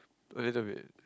a little bit